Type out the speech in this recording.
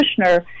Kushner